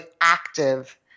active